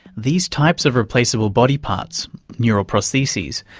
these types of replaceable body parts, neural prostheses,